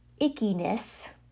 ickiness